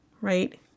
Right